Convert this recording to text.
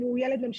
אם הוא ילד ממשיך,